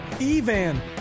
Evan